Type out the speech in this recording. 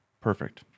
perfect